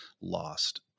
lost